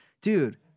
dude